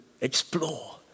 explore